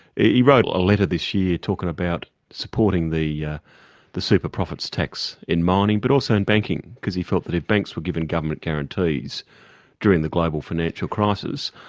wrote a letter this year talking about supporting the yeah the super profits tax in mining but also in banking, because he felt that if banks were given government guarantees during the global financial crisis,